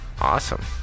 Awesome